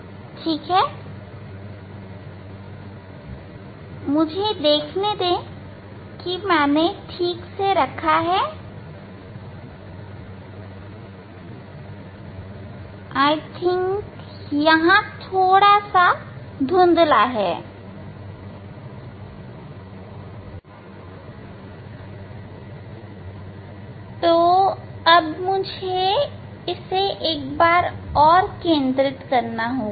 ठीक है मुझे देखने दे कि मैंने इसे ठीक से रखा है यहां थोड़ा धुंधला है मुझे एक बार और केंद्रित करना होगा